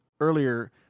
earlier